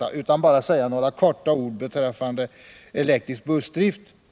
Jag vill bara säga några få ord beträffande elektrisk bussdrift.